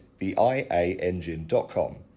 theiaengine.com